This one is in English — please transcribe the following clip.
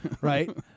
right